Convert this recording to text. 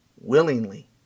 willingly